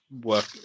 work